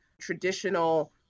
traditional